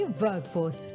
workforce